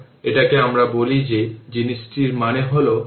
এটাকে আমরা বলি এই জিনিসটির মানে হল আসলে 2 মিলি অ্যাম্পিয়ার